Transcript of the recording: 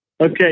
Okay